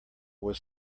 was